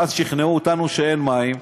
ואז שכנעו אותנו שאין מים.